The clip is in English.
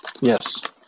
Yes